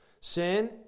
Sin